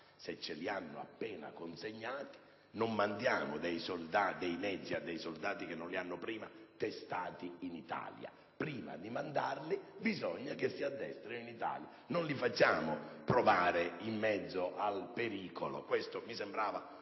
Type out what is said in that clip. (ce li hanno appena consegnati). Non mandiamo nuovi mezzi a soldati che non li hanno prima testati in Italia: prima di mandarli bisogna che si addestrino in Italia; non li facciamo provare in mezzo al pericolo. Questo mi sembrava